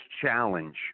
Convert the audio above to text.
challenge